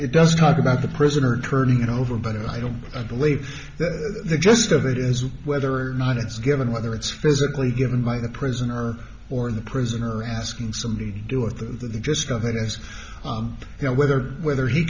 it does talk about the prisoner turning it over but i don't believe the gist of it is whether or not it's given whether it's physically given by the prisoner or the prisoner asking somebody do it the gist of it is you know whether whether he